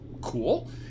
cool